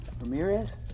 Ramirez